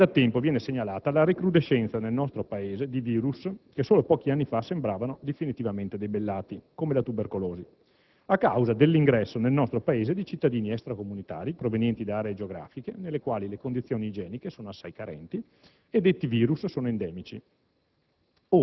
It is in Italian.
ormai da tempo viene segnalata la recrudescenza nel nostro Paese di *virus*, che solo pochi anni fa sembravano definitivamente debellati, come la tubercolosi, a causa dell'ingresso nel nostro Paese di cittadini extracomunitari, provenienti da aree geografiche nelle quali le condizioni igieniche sono assai carenti e detti *virus* sono endemici.